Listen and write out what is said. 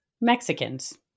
Mexicans